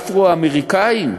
או לאפרו-אמריקנים,